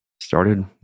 started